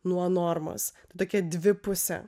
nuo normos tokia dvipusė